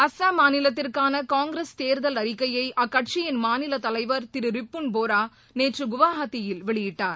அஸ்ஸாம் மாநிலத்திற்கான காங்கிரஸ் தேர்தல் அறிக்கையை அக்கட்சியின் மாநில தலைவர் திரு ரிப்புன் போரா நேற்று குவாஹாத்தியில் வெளியிட்டார்